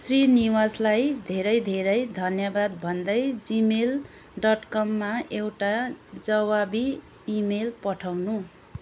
श्रीनिवासलाई धेरै धेरै धन्यवाद भन्दै जिमेल डट कममा एउटा जवाबी इमेल पठाउनू